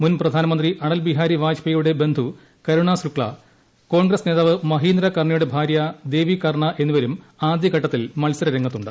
മുൻ പ്രധാനമന്ത്രി അടൽ ബിഹാരി വാജ്പേയിയുടെ ബന്ധു കരുണാ ശുക്ല കോൺഗ്രസ് നേതാവ് മഹീന്ദ്ര കർണയുടെ ഭാര്യ ദേവീ കർണ എന്നിവരും ആദ്യഘട്ടത്തിൽ മത്സരരംഗത്തുണ്ട്